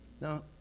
Now